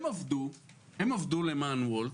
הם עבדו למען וולט,